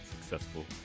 successful